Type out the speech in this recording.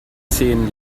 zehn